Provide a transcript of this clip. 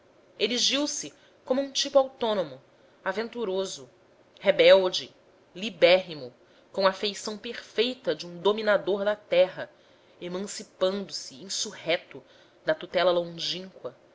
erigiu se como um tipo autônomo aventuroso rebelde libérrimo com a feição perfeita de um dominador da terra emancipando se insurrecto da tutela longínqua